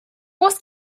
was